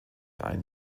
ein